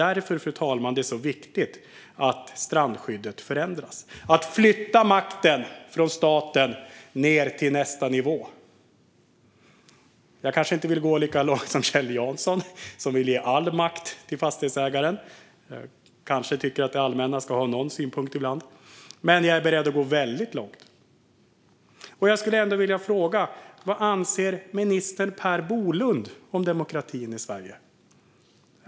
Därför är det så viktigt att strandskyddet förändras. Det handlar om att flytta makten från staten ned till nästa nivå. Jag vill kanske inte gå lika långt som Kjell Jansson och ge all makt till fastighetsägaren, för jag tycker nog att det allmänna ska få ha någon synpunkt ibland. Men jag är beredd att gå väldigt långt. Vad anser minister Per Bolund om demokratin i Sverige?